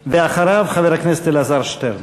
ואחריו, חבר הכנסת אלעזר שטרן.